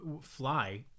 fly